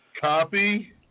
Copy